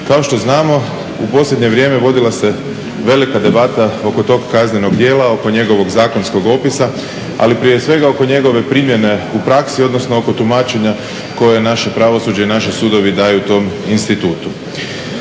Kao što znamo u posljednje vrijeme vodila se velika debata oko tog kaznenog djela, oko njegovog zakonskog opisa, ali prije svega oko njegove primjene u praksi odnosno oko tumačenja koje je naše pravosuđe i naše sudovi daju tom institutu.